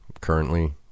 currently